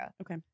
Okay